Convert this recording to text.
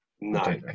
No